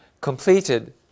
completed